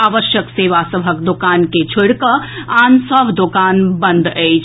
आवश्यक सेवा सभक दोकान के छोड़ि कऽ आन सभ दोकान बंद अछि